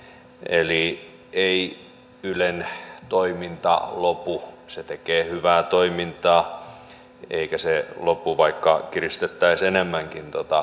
eli ei ylen toiminta lopu se tekee hyvää toimintaa eikä se lopu vaikka kiristettäisiin enemmänkin tuota rahoitusta